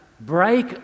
Break